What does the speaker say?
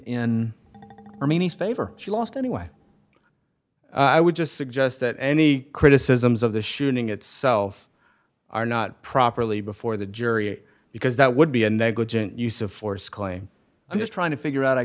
in rimini favor she lost anyway i would just suggest that any criticisms of the shooting itself are not properly before the jury because that would be a negligent use of force claim i'm just trying to figure out i